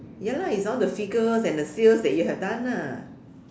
ya lah it's all the figures and the sales that you have done ah